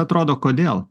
atrodo kodėl